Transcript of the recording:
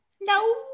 no